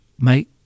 mate